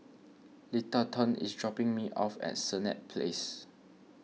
Littleton is dropping me off at Senett Place